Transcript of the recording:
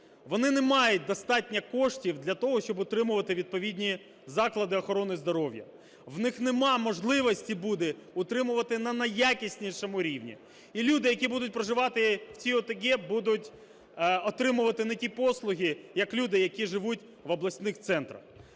вони не мають достатньо коштів для того, щоб утримувати відповідні заклади охорони здоров'я, в них немає можливості буде утримувати на найякіснішому рівні. І люди, які будуть проживати в цій ОТГ, будуть отримувати не ті послуги, як люди, які живуть в обласних центрах.